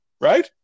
right